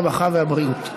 הרווחה והבריאות.